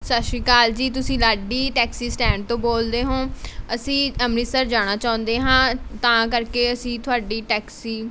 ਸਤਿ ਸ਼੍ਰੀ ਅਕਾਲ ਜੀ ਤੁਸੀਂ ਲਾਡੀ ਟੈਕਸੀ ਸਟੈਂਡ ਤੋਂ ਬੋਲ਼ਦੇ ਹੋ ਅਸੀਂ ਅੰਮ੍ਰਿਤਸਰ ਜਾਣਾ ਚਾਹੁੰਦੇ ਹਾਂ ਤਾਂ ਕਰਕੇ ਅਸੀਂ ਤੁਹਾਡੀ ਟੈਕਸੀ